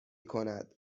کند